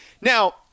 Now